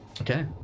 Okay